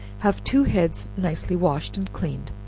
have two heads nicely washed and cleaned,